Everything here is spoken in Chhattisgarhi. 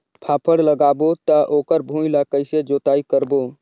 फाफण लगाबो ता ओकर भुईं ला कइसे जोताई करबो?